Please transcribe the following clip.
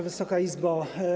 Wysoka Izbo!